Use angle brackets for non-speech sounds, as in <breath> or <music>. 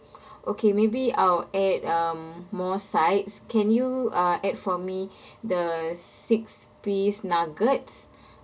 <breath> okay maybe I'll add um more sides can you uh add for me <breath> the six piece nuggets <breath>